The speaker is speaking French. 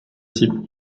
types